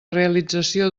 realització